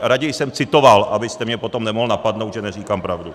Raději jsem citoval, abyste mě potom nemohl napadnout, že neříkám pravdu.